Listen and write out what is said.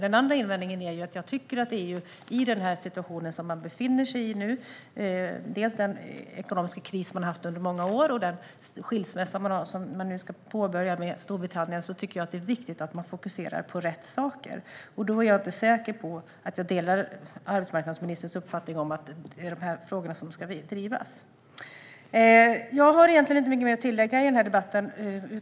Den andra invändningen är att jag tycker att EU i den situation man befinner sig i - dels den ekonomiska kris man har haft i flera år, dels skilsmässan med Storbritannien, som man nu ska påbörja - ska fokusera på rätt saker. Jag är inte säker på att jag delar arbetsmarknadsministerns uppfattning att det är de här frågorna som ska drivas. Jag har egentligen inte så mycket mer att tillägga i den här debatten.